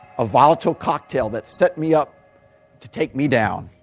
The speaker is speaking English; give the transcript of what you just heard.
a volatile cocktail that set me up to take me down.